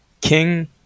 King